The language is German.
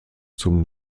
zum